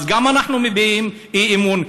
אז גם אנחנו מביעים אי-אמון,